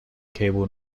cable